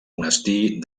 monestir